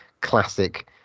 classic